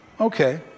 okay